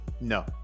No